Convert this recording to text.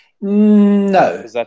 No